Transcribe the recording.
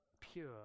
pure